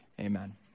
Amen